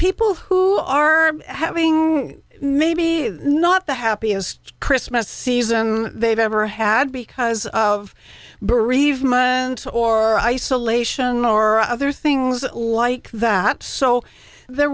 people who are having maybe not the happiest christmas season they've ever had because of bereavement or isolation or other things like that so there